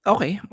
Okay